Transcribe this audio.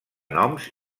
noms